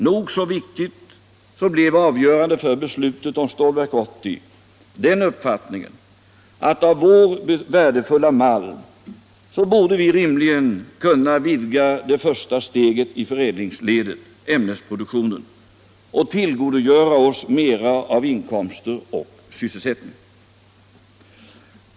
Nog så viktigt är att avgörande för beslutet om Stålverk 80 blev den uppfattningen, att med vår värdefulla malm borde vi rimligen kunna vidga det första steget i förädlingskedjan, ämnesproduktionen, och tillgodogöra oss mera av inkomster och sysselsättning.